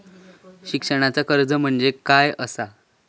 शिक्षणाचा कर्ज म्हणजे काय असा?